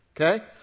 Okay